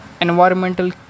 environmental